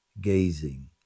gazing